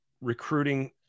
recruiting